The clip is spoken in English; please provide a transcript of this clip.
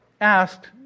asked